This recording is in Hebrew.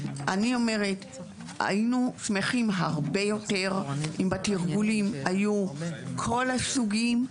אני אומרת שהיינו שמחים הרבה יותר אם בתרגולים היו כל הסוגים,